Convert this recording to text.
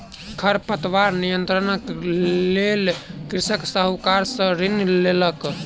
खरपतवार नियंत्रणक लेल कृषक साहूकार सॅ ऋण लेलक